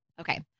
Okay